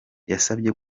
yabasabye